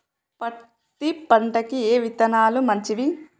పత్తి పంటకి ఏ విత్తనాలు మంచివి?